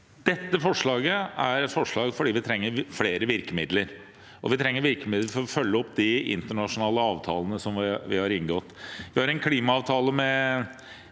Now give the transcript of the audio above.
Dette forslaget er et viktig forslag fordi vi trenger flere virkemidler. Vi trenger virkemidler for å følge opp de internasjonale avtalene som vi har inngått. Vi har en klimaavtale med